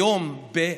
היום, באיוולת,